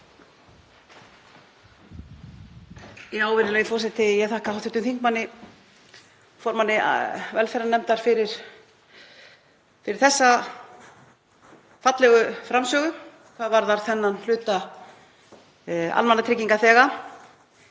Virðulegi forseti. Ég þakka hv. þingmanni, formanni velferðarnefndar, fyrir þessa fallegu framsögu hvað varðar þennan hluta almannatryggingaþega.